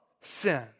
sin